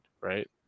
right